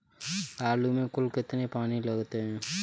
आलू में कुल कितने पानी लगते हैं?